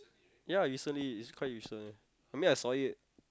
ya recently it's quite recent I mean I saw it